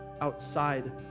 outside